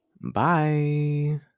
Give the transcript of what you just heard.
Bye